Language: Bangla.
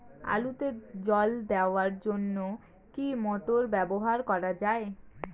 আলুতে জল দেওয়ার জন্য কি মোটর ব্যবহার করা যায়?